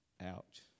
ouch